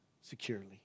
securely